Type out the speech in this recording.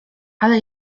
ale